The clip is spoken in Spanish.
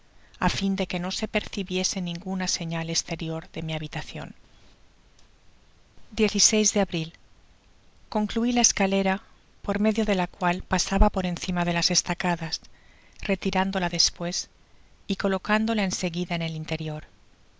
á fin de que no se percibiese ninguna señal esterior de mi habitación de abril conclui la escalera por medio de la cual pasaba por encima de las estacadas retinándola des pues y colocándola en seguida en el interior